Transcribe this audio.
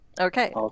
okay